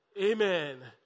amen